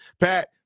Pat